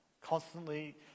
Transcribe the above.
constantly